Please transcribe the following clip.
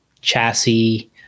chassis